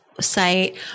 site